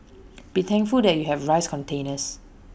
be thankful that you have rice containers